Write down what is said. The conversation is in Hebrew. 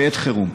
בעת חירום.